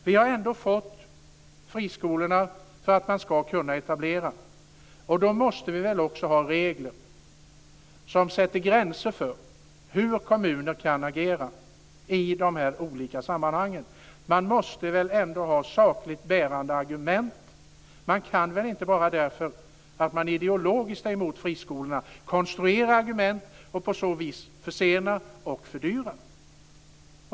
Vi har beslutat att friskolor ska kunna etableras, och då måste vi väl också ha regler som sätter gränser för hur kommuner kan agera i de olika sammanhangen. Man måste väl ha sakligt bärande argument. Man kan väl inte bara därför att man ideologiskt är emot friskolor konstruera argument och på så vis försena och fördyra.